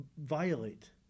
violate